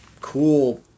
cool